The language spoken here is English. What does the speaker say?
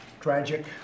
Tragic